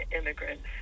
immigrants